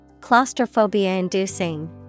Claustrophobia-inducing